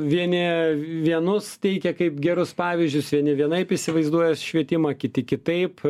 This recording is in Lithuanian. vieni vienus teikia kaip gerus pavyzdžius vieni vienaip įsivaizduoja švietimą kiti kitaip